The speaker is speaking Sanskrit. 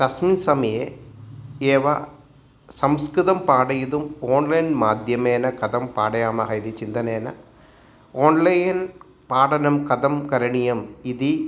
तस्मिन् समये एव संस्कृतं पाठयितुम् ओन्लैन्माद्यमेन कथं पाठयामः इति चिन्तनेन ओन्लैन्पाठनं कथं करणीयम् इति